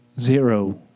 zero